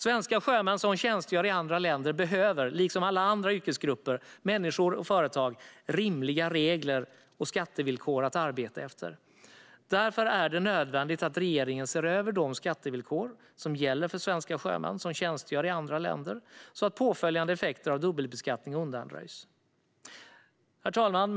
Svenska sjömän som tjänstgör i andra länder behöver liksom alla andra yrkesgrupper, människor och företag rimliga regler och skattevillkor att arbeta efter. Därför är det nödvändigt att regeringen ser över de skattevillkor som gäller för svenska sjömän som tjänstgör i andra länder så att påföljande effekter av dubbelbeskattning undanröjs. Herr talman!